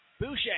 boucher